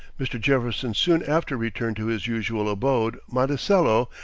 mr. jefferson soon after returned to his usual abode, monticello,